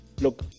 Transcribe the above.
look